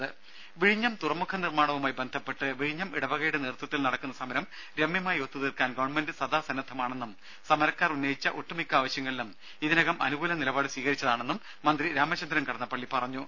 ടെട വിഴിഞ്ഞം തുറമുഖ നിർമ്മാണവുമായി ബന്ധപ്പെട്ട് വിഴിഞ്ഞം ഇടവകയുടെ നേതൃത്വത്തിൽ നടക്കുന്ന സമരം രമ്യമായി ഒത്തുതീർക്കാൻ ഗവൺമെന്റ് സദാ സന്നദ്ധമാണെന്നും സമരക്കാർ ഉന്നയിച്ച ഒട്ടുമിക്ക ആവശ്യങ്ങളിലും ഇതിനകം അനുകൂല നിലപാട് സ്വീകരിച്ചതാണെന്നും മന്ത്രി രാമചന്ദ്രൻ കടന്നപ്പള്ളി പറഞ്ഞു